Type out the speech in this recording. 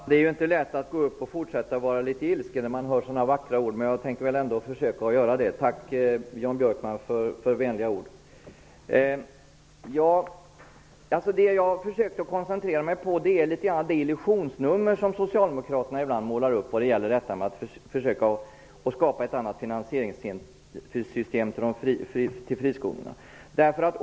Herr talman! Det är inte lätt att gå upp och fortsätta att vara ilsken när man hör så vackra ord, men jag skall ändå försöka ge en replik. Tack för vänliga ord, Jan Björkman! Jag har försökt koncentrera mig på det illusionsnummer som Socialdemokraterna ibland spelar upp vad gäller att försöka skapa ett annat finansieringssystem för friskolorna.